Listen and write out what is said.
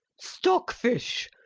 stockfish,